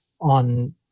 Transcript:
on